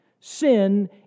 sin